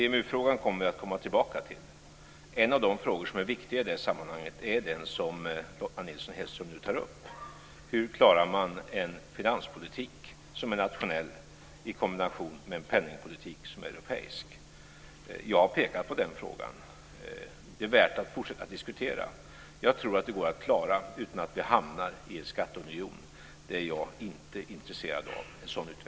Fru talman! Vi kommer att komma tillbaka till EMU-frågan. En av de frågor som är viktiga i det sammanhanget är den som Lotta Nilsson Hedström nu tar upp. Hur klarar man en finanspolitik som är nationell i kombination med en penningpolitik som är europeisk? Jag har pekat på den frågan. Den är värd att fortsätta att diskutera. Jag tror att det går att klara detta utan att vi hamnar i en skatteunion. En sådan utveckling är jag inte intresserad av.